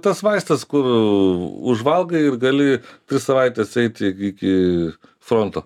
tas vaistas kur užvalgai ir gali tris savaites eiti iki fronto